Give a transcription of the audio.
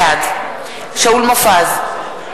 בעד שאול מופז,